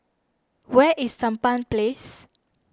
where is Sampan Place